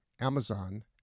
Amazon